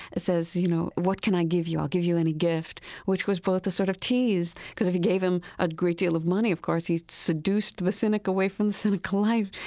you know, what can i give you? i'll give you any gift which was both a sort of tease. because if you gave him a great deal of money, of course, he'd seduced the cynic away from cynical life.